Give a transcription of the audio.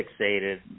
fixated